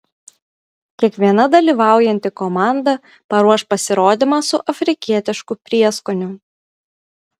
kiekviena dalyvaujanti komanda paruoš pasirodymą su afrikietišku prieskoniu